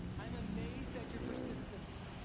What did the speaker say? i am amazed at your persistence.